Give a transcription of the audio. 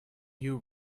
you